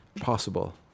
possible